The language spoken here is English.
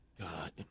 God